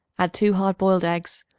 add two hard-boiled eggs,